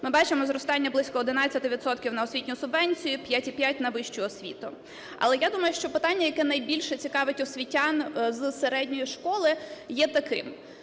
Ми бачимо зростання близько 11 відсотків на освітню субвенцію, 5,5 – на вищу освіту. Але я думаю, що питання, яке найбільше цікавить освітян з середньої школи, є таким.